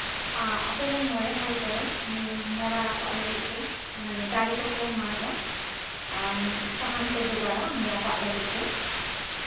ᱟᱹᱛᱩ ᱨᱮᱱ ᱢᱚᱬᱮ ᱦᱚᱲ ᱠᱚᱫᱚ ᱱᱩᱭ ᱢᱚᱲᱟ ᱨᱟᱯᱟᱜ ᱞᱟᱹᱜᱤᱫ ᱛᱮ ᱢᱟᱱᱮ ᱫᱟᱨᱮ ᱠᱚᱠᱚ ᱢᱟᱜᱽᱼᱟ ᱥᱟᱦᱟᱱ ᱠᱚ ᱡᱳᱜᱟᱲᱟ ᱩᱱᱤ ᱨᱟᱯᱟᱜ ᱞᱟᱹᱜᱤᱫ ᱛᱮ